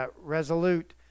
resolute